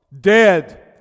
Dead